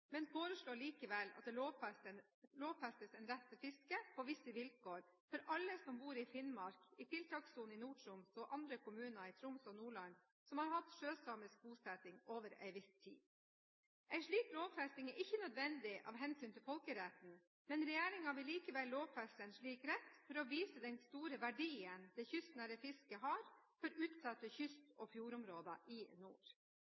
men foreslår likevel at det lovfestes en rett til fiske – på visse vilkår – for alle som bor i Finnmark, i tiltakssonen i Nord-Troms og andre kommuner i Troms og Nordland som har hatt sjøsamisk bosetting over en viss tid. En slik lovfesting er ikke nødvendig av hensyn til folkeretten. Regjeringen vil likevel lovfeste en slik rett for å vise den store verdien det kystnære fisket har for utsatte kyst- og fjordområder i nord.